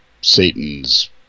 Satan's